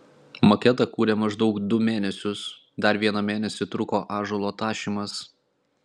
maketą kūrė maždaug du mėnesius dar vieną mėnesį truko ąžuolo tašymas